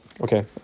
Okay